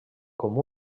com